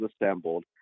assembled